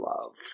love